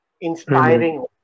inspiring